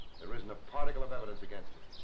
there isn't a particle of evidence against her.